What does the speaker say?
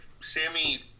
Sammy